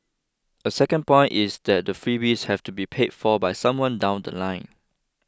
a second point is that the freebies have to be paid for by somebody down The Line